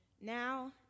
now